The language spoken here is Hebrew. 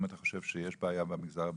אם אתה חושב שיש בעיה במגזר הבדואי,